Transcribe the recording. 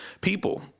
people